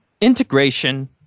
integration